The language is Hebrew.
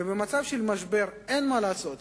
ובמצב של משבר אין מה לעשות,